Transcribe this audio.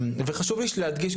חשוב לי להדגיש,